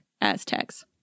Aztecs